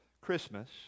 Christmas